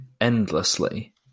endlessly